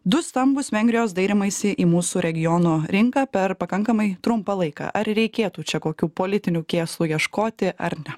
du stambūs vengrijos dairymaisi į mūsų regiono rinką per pakankamai trumpą laiką ar reikėtų čia kokių politinių kėslų ieškoti ar ne